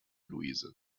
louise